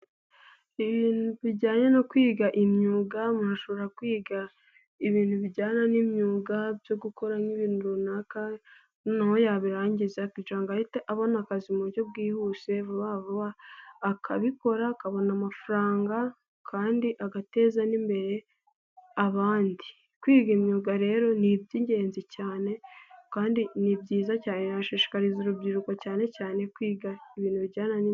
ibintu bijyanye no kwiga imyuga umuntu ashobora kwiga ibintu bijyana n'imyuga byo gukora nk'ibintu runaka noneho yabirangiza kugira ngo ahite abona akazi mu buryo bwihuse vuba vuba akabikora akabona amafaranga kandi agateza n'imbere abandi, kwiga imyuga rero ni iby'ingenzi cyane kandi ni byiza cyane nashishikariza urubyiruko cyane cyane kwiga ibintu bijyana.